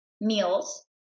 meals